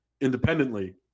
independently